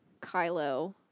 Kylo